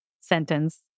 sentence